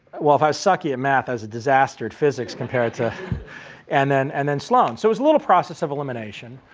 well, if i was sucky at math, i was a disaster at physics compared to and then and then sloan. so it was a little process of elimination,